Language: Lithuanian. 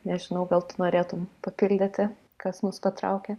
nežinau gal tu norėtum papildyti kas mus patraukė